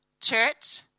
church